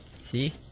See